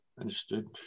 understood